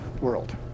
world